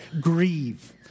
grieve